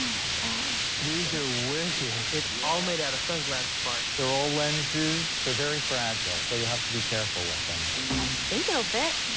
gosh. these are wicked. it's all made out of sunglasses parts. they're all lenses. they're very fragile, so you have to be careful with them. i think it'll fit.